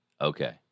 Okay